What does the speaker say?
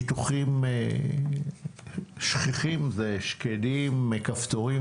ניתוחים שכיחים זה שקדים, כפתורים